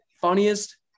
Funniest